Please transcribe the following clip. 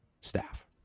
staff